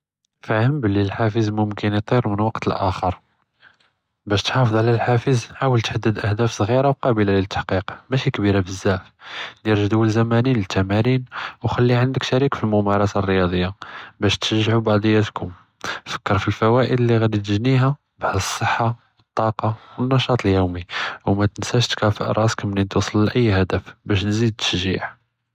פאהם בּלי אלחאפס מומכן יטיר מן אלזמן לאחר, בש תחאפז על אלחאפס חאול תחדד אחדاف סכירה וקעבלה ליתח'קק מאשי כביר בזאף, דר ג'דואל זמני לתמרין וח'לי ענדק שريك פלממרסה אלריאדיה בש תשרעו בעדיהתכּום, פכר פלפוואאיד לי גאדי תג'ניה על סחה, טאקה ואלנשאט אליומי, ומתנסאש תקאפי ראסק מנין תוסל לאיי אחדף בש תזיד תשריע.